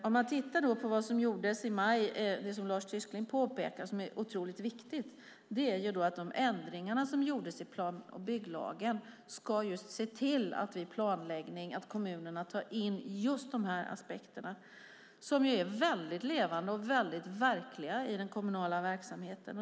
Man kan titta på vad som gjordes i maj, och som Lars Tysklind påpekade, och som är otroligt viktigt, nämligen ändringar i plan och bygglagen som ska se till att kommunerna vid planläggning tar in just dessa aspekter som är mycket levande och verkliga i den kommunala verksamheten.